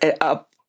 up